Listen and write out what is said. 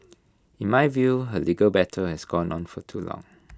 in my view her legal battle has gone on for too long